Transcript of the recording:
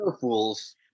fools